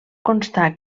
constar